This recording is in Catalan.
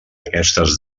aquestes